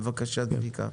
בבקשה, צביקה.